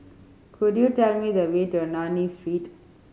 could you tell me the way to Ernani Street